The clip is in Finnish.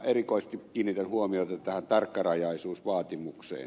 erikoisesti kiinnitän huomiota tähän tarkkarajaisuusvaatimukseen